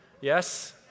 Yes